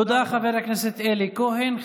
תודה, חבר הכנסת אלי כהן.